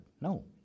No